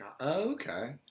Okay